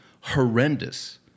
horrendous